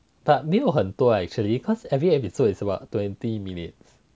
but 没有很多 actually cause every episode is about twenty minutes